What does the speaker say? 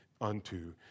unto